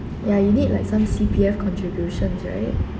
ya you need like some C_P_F contributions right